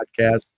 podcast